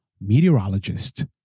meteorologist